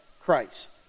Christ